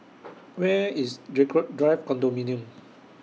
Where IS Draycott Drive Condominium